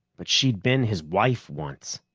but she'd been his wife once!